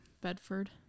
Bedford